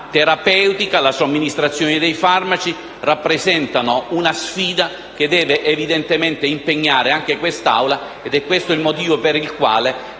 terapeutica e la somministrazione dei farmaci rappresentano una sfida che deve evidentemente impegnare anche quest'Assemblea. È questo il motivo per cui le